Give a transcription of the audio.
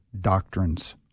doctrines